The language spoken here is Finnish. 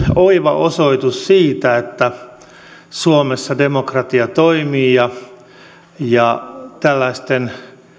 oiva osoitus siitä että suomessa demokratia toimii ja ja tällaisten